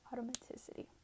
automaticity